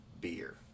beer